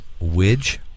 Widge